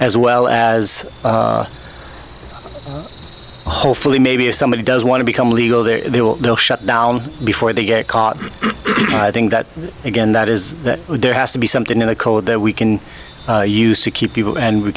as well as hopefully maybe if somebody does want to become legal there they'll shut down before they get caught i think that again that is that there has to be something in the code that we can use to keep people and we